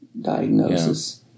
diagnosis